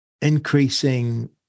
increasing